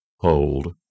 hold